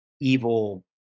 evil